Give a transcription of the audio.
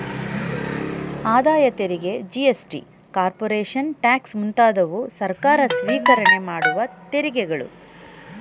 ಆದಾಯ ತೆರಿಗೆ GST, corporation tax ಮುಂತಾದವು ಸರ್ಕಾರ ಸ್ವಿಕರಣೆ ಮಾಡುವ ತೆರಿಗೆಗಳು